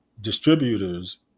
distributors